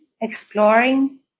exploring